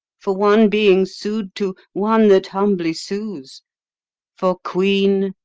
for one being su'd to, one that humbly sues for queen,